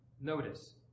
Notice